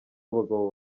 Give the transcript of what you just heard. abagabo